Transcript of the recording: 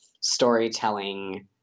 storytelling